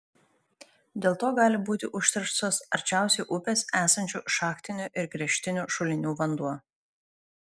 dėl to gali būti užterštas arčiausiai upės esančių šachtinių ir gręžtinių šulinių vanduo